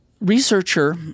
researcher